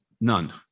none